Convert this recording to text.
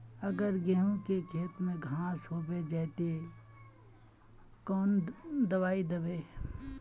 अगर गहुम के खेत में घांस होबे जयते ते कौन दबाई दबे?